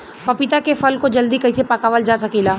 पपिता के फल को जल्दी कइसे पकावल जा सकेला?